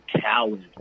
coward